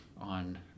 on